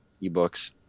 e-books